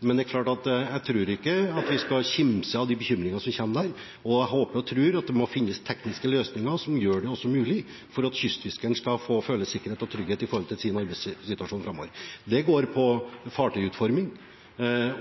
men det er klart: Jeg tror ikke vi skal kimse av bekymringene som kommer derfra, og håper og tror det må finnes tekniske løsninger som gjør det mulig også for at kystfiskeren skal få føle sikkerhet og trygghet i sin arbeidssituasjon framover. Det går på fartøyutforming